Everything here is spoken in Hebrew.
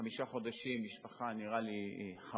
חמישה חודשים, משפחה, זה נראה לי חמור.